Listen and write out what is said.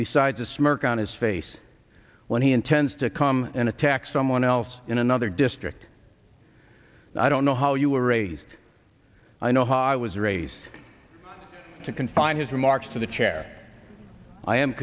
besides a smirk on his face when he intends to come and attack someone else in another district i don't know how you were raised i know how i was raised to confine his remarks to the chair i am